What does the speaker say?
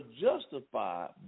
justified